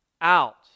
out